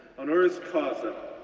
honoris causa.